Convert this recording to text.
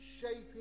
Shaping